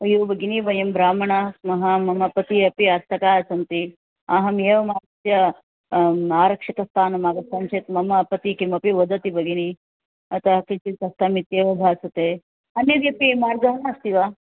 अय्यु भगिनि वयं ब्राह्मणाः स्मः मम पतिः अपि हस्तकाः सन्ति अहम् एव मास्य आरक्षितस्थानम् आगतं चेत् मम पतिः किमपि वदति भगिनि अतः किञ्चित् कष्टमेव भासते अन्यद्यपि मार्गः अस्ति वा